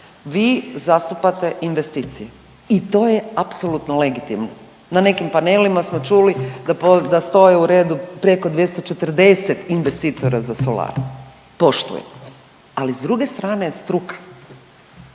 Vi zastupate investicije i to je apsolutno legitimno. Na nekim panelima smo čuli da stoje u redu preko 240 investitora za solare, poštujem, ali s druge strane je struka.